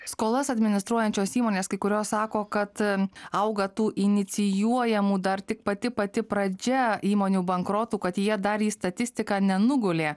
skolas administruojančios įmonės kai kurios sako kad auga tų inicijuojamų dar tik pati pati pradžia įmonių bankrotų kad jie dar į statistiką nenugulė